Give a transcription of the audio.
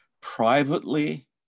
Privately